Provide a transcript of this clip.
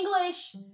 English